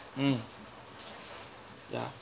mm ya